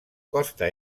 costa